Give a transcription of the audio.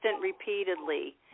repeatedly